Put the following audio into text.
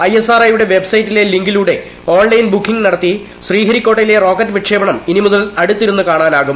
I S R O യുടെ വെബ്സൈറ്റിലെ ലിങ്കിലൂടെ ഓൺ ലൈൻ ബുക്കിംഗ് നടത്തി ശ്രീഹരികോട്ടയിലെ റോക്കറ്റ് വിക്ഷേപണം ഇനിമുതൽ അടുത്തിരുന്നു കാണാനാകും